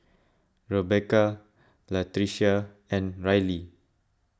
Rebeca Latricia and Rylee